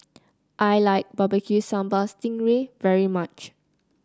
I like Barbecue Sambal Sting Ray very much